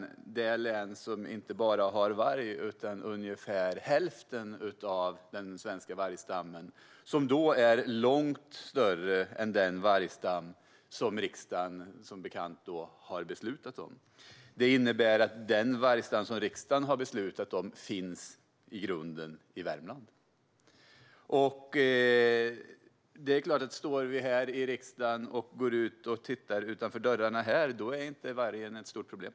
Det är ett län som inte bara har varg utan ungefär hälften av den svenska vargstammen, som alltså är långt större än den vargstam som riksdagen har beslutat om. Det innebär att den vargstam som riksdagen har beslutat om i grunden finns i Värmland. Om vi går ut och tittar utanför riksdagens dörrar är vargen naturligtvis inte något stort problem.